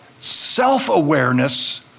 self-awareness